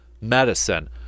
Medicine